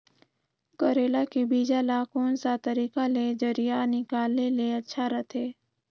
करेला के बीजा ला कोन सा तरीका ले जरिया निकाले ले अच्छा रथे?